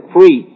Free